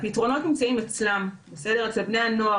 הפתרונות נמצאים אצלם, אצל בני הנוער.